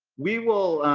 we will,